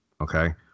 okay